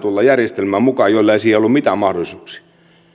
tulla järjestelmään mukaan näitä maita joilla ei siihen ollut mitään mahdollisuuksia